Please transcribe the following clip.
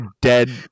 dead